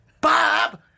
Bob